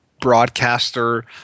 broadcaster